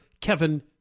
Kevin